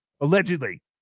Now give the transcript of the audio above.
Allegedly